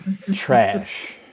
trash